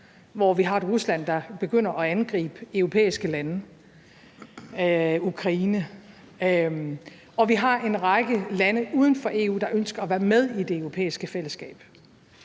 hvor vi har et Rusland, der begynder at angribe et europæisk land, Ukraine. Og vi har en række lande uden for EU, der ønsker at være med i det europæiske fællesskab.